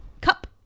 cup